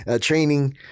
training